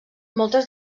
moltes